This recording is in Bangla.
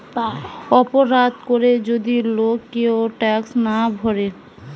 অপরাধ করে যদি লোক কেউ ট্যাক্স না ভোরে